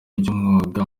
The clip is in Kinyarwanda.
ry’umwuga